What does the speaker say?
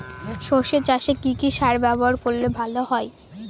সর্ষে চাসে কি কি সার ব্যবহার করলে ভালো হয়?